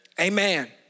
Amen